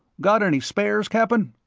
got any spares, cap'n?